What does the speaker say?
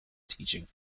teaching